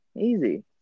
Easy